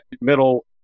middle